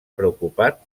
preocupat